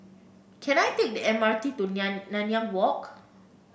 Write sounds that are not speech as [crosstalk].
can I take the M R T to [unintelligible] Nanyang Walk